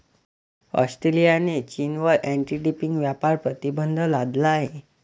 ऑस्ट्रेलियाने चीनवर anti dumping व्यापार प्रतिबंध लादला आहे